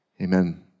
Amen